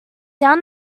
down